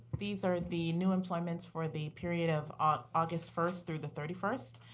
these are the new employments for the period of august first through the thirty first.